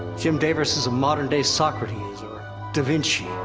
jim davis is a modern day socrates or da vinci.